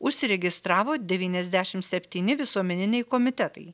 užsiregistravo devyniasdešimt septyni visuomeniniai komitetai